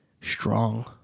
strong